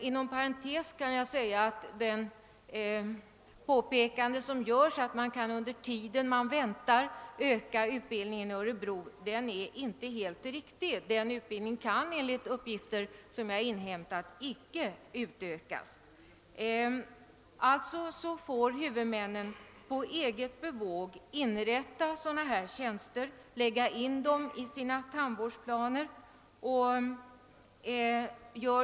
Inom parentes vill jag säga att det påpekande som göres, att man under väntetiden kan öka utbildningen i Örebro, inte är riktig. Enligt uppgifter som jag inhämtat kan utbildningen där inte ökas. Huvudmännen får alltså på eget bevåg inrätta tjänster av detta slag och föra upp dem i sina tandvårdsplaner.